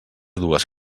dues